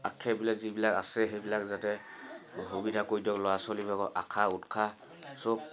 আক্ষেপবিলাক যিবিলাক আছে সেইবিলাক যাতে সুবিধা কৰি দিয়ক ল'ৰা ছোৱালীবিলাকক আশা উৎসাহ চব